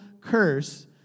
curse